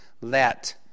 let